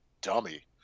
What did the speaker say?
dummy